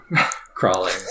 crawling